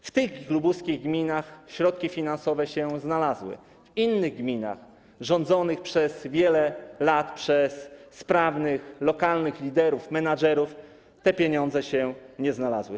Dla tych lubuskich gmin środki finansowe się znalazły, dla innych gmin, rządzonych przez wiele lat przez sprawnych lokalnych liderów, menadżerów te pieniądze się nie znalazły.